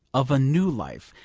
of a new life,